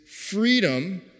freedom